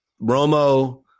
Romo